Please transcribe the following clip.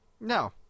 No